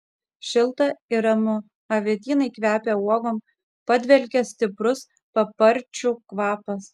šilta ir ramu avietynai kvepia uogom padvelkia stiprus paparčių kvapas